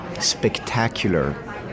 spectacular